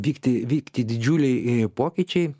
vykti vykti didžiuliai pokyčiai